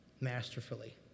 Masterfully